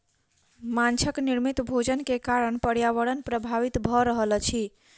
माँछक निर्मित भोजन के कारण पर्यावरण प्रभावित भ रहल अछि